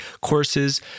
courses